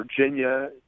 Virginia